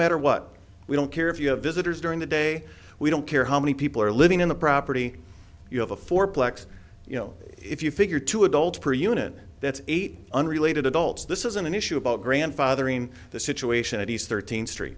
matter what we don't care if you have visitors during the day we don't care how many people are living in the property you have a fourplex you know if you figure two adults per unit that's eight unrelated adults this isn't an issue about grandfathering the situation of these thirteen street